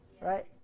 Right